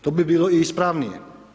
To bi bilo i ispranije.